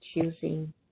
choosing